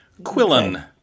Quillen